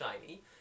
shiny